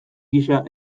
gisa